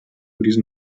diesen